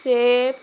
सेब